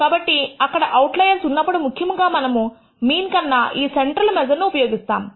కాబట్టి అక్కడ అవుట్లయర్స్ ఉన్నప్పుడు ముఖ్యముగా మనము మీన్ కన్నా ఈ సెంట్రల్ మెజర్ ను ఉపయోగిస్తాము